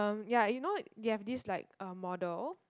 um ya you know they have this like uh model